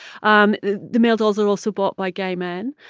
um the male dolls are also bought by gay men.